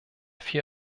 viel